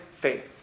faith